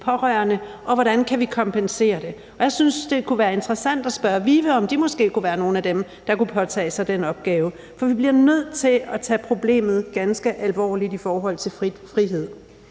pårørende, og hvordan vi kan kompensere det. Jeg synes, det kunne være interessant at spørge VIVE, om de måske kunne være nogle af dem, der kunne påtage sig den opgave, for vi bliver nødt til at tage problemet ganske alvorligt i forhold til frihed.